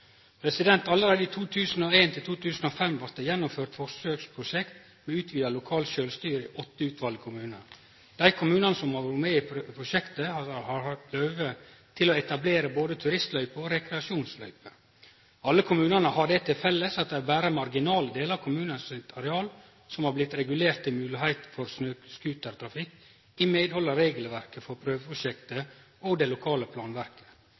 i perioden 2001–2005 blei det gjennomført eit forsøksprosjekt med utvida lokalt sjølvstyre i åtte utvalde kommunar. Dei kommunane som har vore med i prosjektet, har hatt høve til å etablere både turistløyper og rekreasjonsløyper. Alle kommunane har det til felles at det berre er marginale delar av kommunane sitt areal som har blitt regulert til moglegheit for snøscootertrafikk, i medhald av regelverket for prøveprosjektet og det lokale planverket.